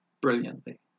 brilliantly